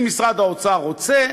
אם משרד האוצר רוצה,